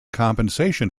compensation